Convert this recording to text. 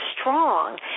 strong